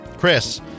Chris